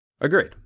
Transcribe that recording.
agreed